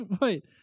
Wait